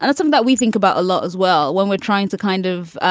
ah some that we think about a lot as well when we're trying to kind of